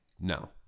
no